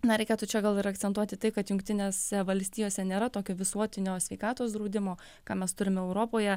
na reikėtų čia gal ir akcentuoti tai kad jungtinėse valstijose nėra tokio visuotinio sveikatos draudimo ką mes turime europoje